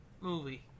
movie